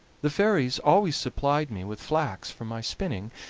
the fairies always supplied me with flax for my spinning,